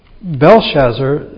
Belshazzar